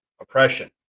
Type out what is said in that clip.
oppression